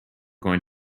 going